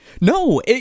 No